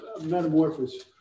metamorphosis